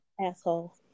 Asshole